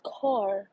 car